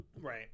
right